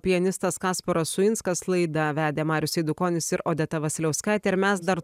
pianistas kasparas uinskas laidą vedė marius eidukonis ir odeta vasiliauskaitė ir mes dar